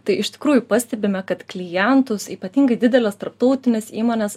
tai iš tikrųjų pastebime kad klientus ypatingai didelės tarptautinės įmonės